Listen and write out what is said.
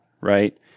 right